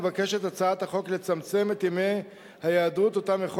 מבקשת הצעת החוק לצמצם את ימי ההיעדרות שאותם יכול